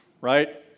right